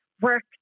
work